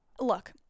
Look